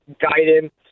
guidance